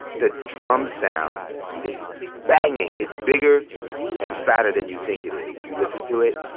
the drum sound is banging. it's bigger and fatter than you think it is. if you listen to it,